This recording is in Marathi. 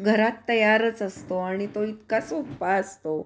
घरात तयारच असतो आणि तो इतका सोपा असतो